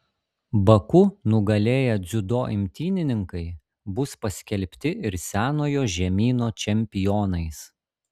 baku nugalėję dziudo imtynininkai bus paskelbti ir senojo žemyno čempionais